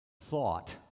thought